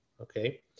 okay